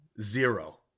Zero